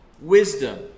wisdom